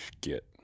get